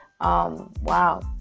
wow